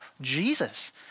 Jesus